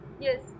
Yes